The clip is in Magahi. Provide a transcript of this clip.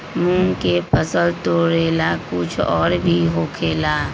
मूंग के फसल तोरेला कुछ और भी होखेला?